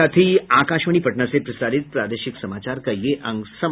इसके साथ ही आकाशवाणी पटना से प्रसारित प्रादेशिक समाचार का ये अंक समाप्त हुआ